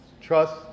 Trust